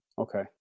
Okay